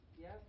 Yes